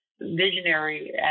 visionary